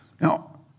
Now